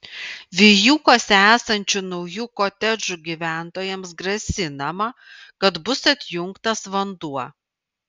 vijūkuose esančių naujų kotedžų gyventojams grasinama kad bus atjungtas vanduo